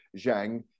Zhang